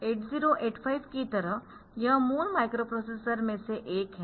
8085 की तरह यह मूल माइक्रोप्रोसेसर में से एक है